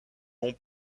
long